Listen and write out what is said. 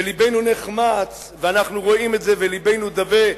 ולבנו נחמץ ואנחנו רואים את זה ולבנו דווה,